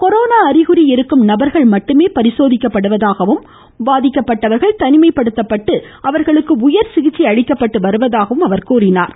corona அறிகுறி இருக்கும் நபர்கள் மட்டுமே பரிசோதிக்கப்படுவதாகவும் பாதிக்கப்பட்டவர்கள் தனிமைப்படுத்தப்பட்டு அவர்களுக்கு உயர் சிகிச்சை அளிக்கப்பட்டு வருவதாகவும் எடுத்துரைத்தார்